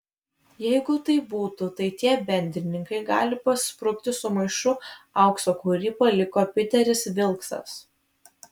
jeigu taip būtų tai tie bendrininkai gali pasprukti su maišu aukso kurį paliko piteris vilksas